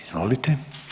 Izvolite.